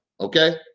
okay